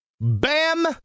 Bam